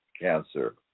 cancer